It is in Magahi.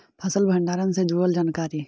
फसल भंडारन से जुड़ल जानकारी?